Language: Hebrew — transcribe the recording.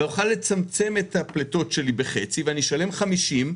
ואוכל לצמצם את הפליטות שלי בחצי ואשלם 50,